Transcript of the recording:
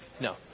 No